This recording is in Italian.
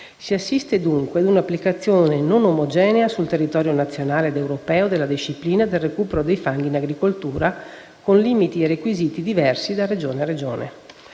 Si assiste dunque ad un'applicazione non omogenea sul territorio nazionale ed europeo della disciplina del recupero dei fanghi in agricoltura, con limiti e requisiti diversi da Regione a Regione.